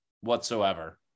whatsoever